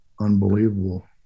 Unbelievable